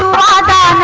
da da